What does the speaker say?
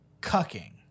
cucking